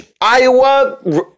Iowa